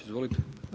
Izvolite.